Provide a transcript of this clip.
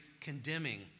condemning